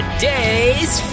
Today's